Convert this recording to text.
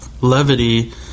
levity